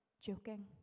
joking